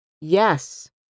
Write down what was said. Yes